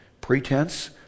pretense